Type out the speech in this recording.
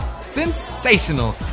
Sensational